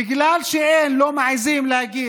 בגלל שהם לא מעיזים להגיד